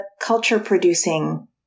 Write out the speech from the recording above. culture-producing